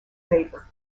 favor